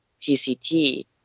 TCT